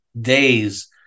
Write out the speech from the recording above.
days